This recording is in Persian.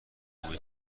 محبوب